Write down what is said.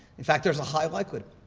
in fact, there's a high likelihood.